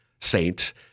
saint